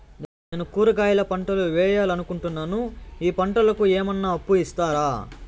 నేను కూరగాయల పంటలు వేయాలనుకుంటున్నాను, ఈ పంటలకు ఏమన్నా అప్పు ఇస్తారా?